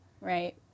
right